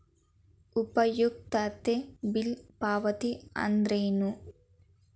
ಉಪಯುಕ್ತತೆ ಬಿಲ್ ಪಾವತಿ ಅಂದ್ರೇನು?